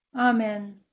Amen